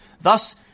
Thus